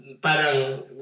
Parang